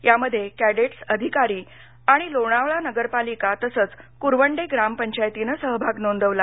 यामध्ये कॅडेट्स अधिकारी आणि लोणावळा नगरपालिका तसंच कुरवंडे ग्राम पंचायतीनं सहभाग नोंदवला